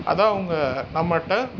அதை அவங்க நம்மகிட்ட